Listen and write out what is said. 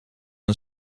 een